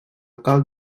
cal